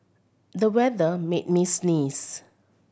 the weather made me sneeze